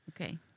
Okay